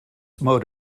mode